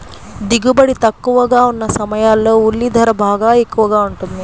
దిగుబడి తక్కువగా ఉన్న సమయాల్లో ఉల్లి ధర బాగా ఎక్కువగా ఉంటుంది